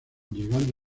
llegando